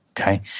Okay